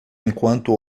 enquanto